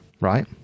right